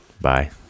Bye